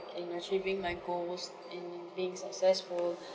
in achieving my goals in being successful